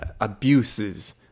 abuses